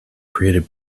created